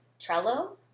Trello